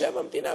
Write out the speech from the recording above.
בשם המדינה,